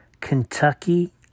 Kentucky